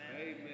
Amen